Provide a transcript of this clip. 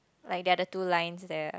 like the other two lines there